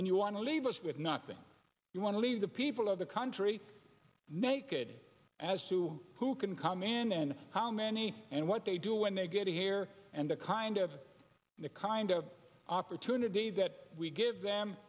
and you want to leave us with nothing you want to leave the people of the country naked as to who can come in and how many and what they do with they get here and the kind of the kind of opportunity that we give them